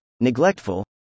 neglectful